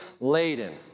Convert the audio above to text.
laden